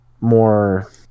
more